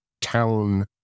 town